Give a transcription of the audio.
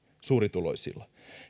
suurituloisilla